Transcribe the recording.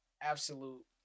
absolute